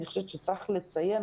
אני חושבת שצריך לציין,